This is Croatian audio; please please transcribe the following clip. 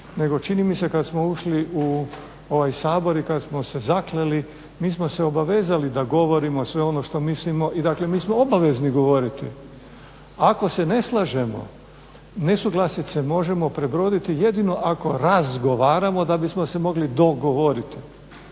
nego čini mi se kada smo ušli u ovaj Sabor i kada smo se zakleli mi smo se obavezali da govorimo sve ono što mislimo i dakle mi smo obavezni govoriti. Ako se ne slažemo, nesuglasice možemo prebroditi jedino ako razgovaramo da bismo se mogli dogovoriti.